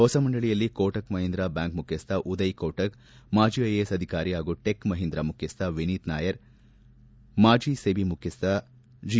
ಹೊಸ ಮಂಡಳಿಯಲ್ಲಿ ಕೋಟಕ್ ಮಹಿಂದ್ರಾ ಬ್ಯಾಂಕ್ ಮುಖ್ಚಿಸ್ಟ ಉದಯ್ ಕೋಟಕ್ ಮಾಜಿ ಐಎಎಸ್ ಅಧಿಕಾರಿ ಹಾಗೂ ಟೆಕ್ ಮಹೀಂದ್ರ ಮುಖ್ಯಸ್ ವಿನೀತ್ ನಾಯರ್ ಮಾಜಿ ಸೆಬಿ ಮುಖ್ಯಸ್ವ ಜಿ